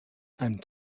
and